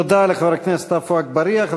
תודה לחבר הכנסת עפו אגבאריה.